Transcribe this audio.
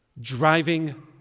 driving